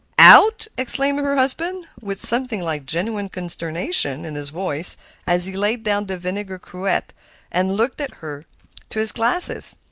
out! exclaimed her husband, with something like genuine consternation in his voice as he laid down the vinegar cruet and looked at her through his glasses.